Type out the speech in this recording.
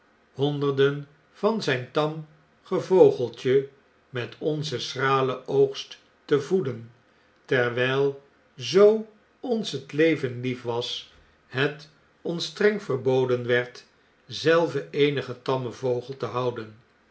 honderden van zgn tarn gevogeltje met onzen schralen oogst te voeden terwijl zoo ons het leven lief was het ons streng verboden werd zelve eenigen tammen vogel te nouden